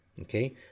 Okay